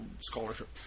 scholarship